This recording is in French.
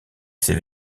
ses